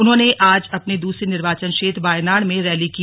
उन्होंने आज अपने दूसरे निर्वाचन क्षेत्र वायनाड में रैली की